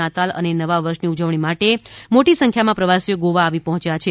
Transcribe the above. નાતાલ અને નવા વર્ષની ઉજવણી માટે મોટી સંખ્યામાં પ્રવાસીઓ ગોવા આવી પહોંચ્યા છે